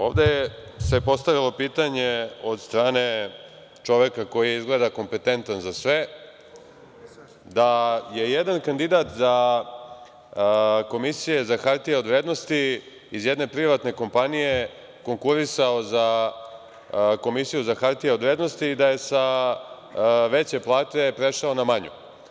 Ovde se postavilo pitanje od strane čoveka, koji je izgleda kompetentan za sve, da je jedan kandidat za Komisiju za hartije od vrednosti iz jedne privatne kompanije konkurisao za Komisiju za hartije od vrednosti i da je sa veće plate prešao na manju.